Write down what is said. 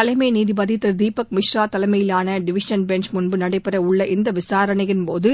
தலைமை நீதிபதி திரு தீபக் மிஸ்ரா தலைமையிலான டிவிசன் பெஞ்ச் முன்பு நடைபெறவுள்ள இந்த விசாரணையின்போது